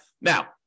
Now